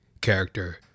character